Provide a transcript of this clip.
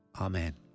Amen